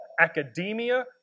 academia